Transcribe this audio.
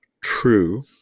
true